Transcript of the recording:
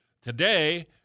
today